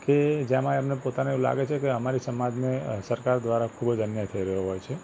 કે જેમાં એમને પોતાને એવું લાગે છે કે અમારી સમાજને સરકાર દ્વારા ખૂબ જ અન્યાય થઇ રહ્યો હોય છે